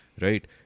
right